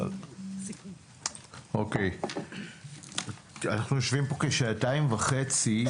אנחנו יושבים פה כשעתיים וחצי,